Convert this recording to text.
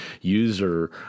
user